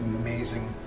amazing